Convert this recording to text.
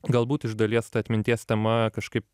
galbūt iš dalies ta atminties tema kažkaip